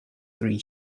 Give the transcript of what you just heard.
three